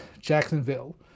Jacksonville